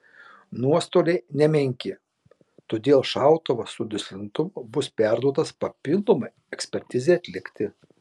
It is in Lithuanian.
nuostoliai nemenki todėl šautuvas su duslintuvu bus perduotas papildomai ekspertizei atlikti